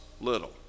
little